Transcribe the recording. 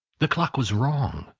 the clock was wrong.